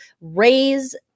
raise